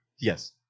Yes